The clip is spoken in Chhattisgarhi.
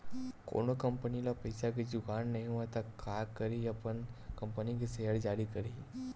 कोनो कंपनी ल पइसा के जुगाड़ नइ होवय त काय करही अपन कंपनी के सेयर जारी करही